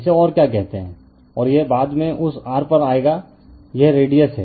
इसे और क्या कहते है और यह बाद में उस r पर आएगा यह रेडिअस है